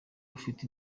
ufite